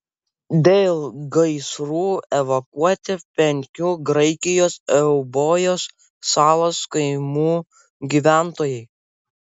dėl gaisrų evakuoti penkių graikijos eubojos salos kaimų gyventojai